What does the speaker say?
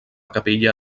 capella